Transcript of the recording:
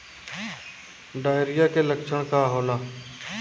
Diarrhoea के लक्षण का होला?